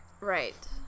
Right